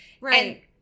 Right